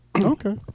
Okay